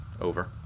Over